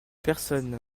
personnes